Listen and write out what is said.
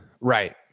right